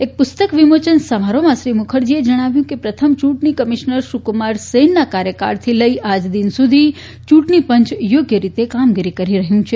એક પુસ્તક વિમોચન સમારોહમાં શ્રી મુખરજીએ જણાવ્યું હતું કે પ્રથમ ચૂંટણી કમિશનર સુકુમાર સેનના કાર્યકાળથી લઇ આજદિન સુધી ચૂંટણી પંચ યોગ્ય રીતે કામગીરી કરી રહ્યું છે